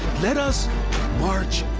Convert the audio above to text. let us march